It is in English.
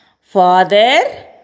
Father